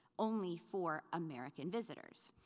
only for american visitors.